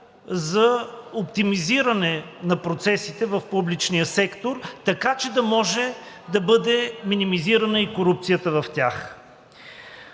за оптимизиране на процесите в публичния сектор, така че да може да бъде минимизирана и корупцията в тях.